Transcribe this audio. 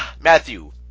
matthew